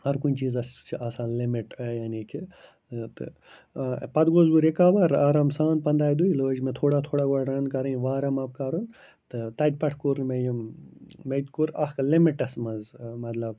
ہَر کُنہِ چیٖزَس چھِ آسان لِمِٹ یعنی کہِ پَتہٕ گوس بہٕ رِکَوَر آرام سان پَنٛدہَے دۄہہِ لٲج مےٚ تھوڑا تھوڑا گۄڈٕ رَن کَرٕنۍ وارَم اَپ کَرُن تہٕ تَتہِ پٮ۪ٹھ کوٚر نہٕ مےٚ یِم میٚتہِ کوٚر اَکھ لِمِٹَس منٛز مطلب